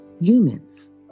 humans